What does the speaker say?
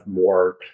more